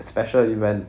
special event